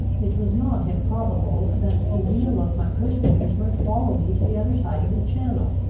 it was not improbable that the zeal of my persecutors might follow me to the other side of the channel.